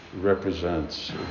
represents